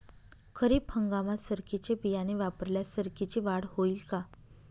खरीप हंगामात सरकीचे बियाणे वापरल्यास सरकीची वाढ होईल का?